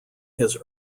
his